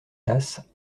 tasses